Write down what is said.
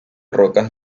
rocas